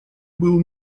был